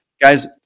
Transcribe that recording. guys